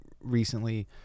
recently